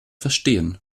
verstehen